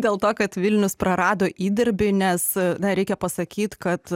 dėl to kad vilnius prarado įdirbį nes na reikia pasakyt kad